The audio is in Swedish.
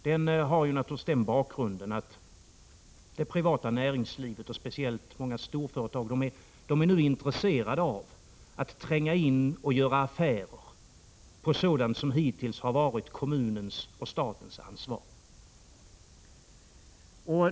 Denna propaganda har naturligtvis den bakgrunden att det privata näringslivet, speciellt många storföretag, har intresse för att tränga sig in och göra affärer när det gäller sådant som hittills kommunen och staten har haft ansvaret för.